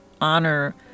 honor